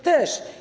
Też.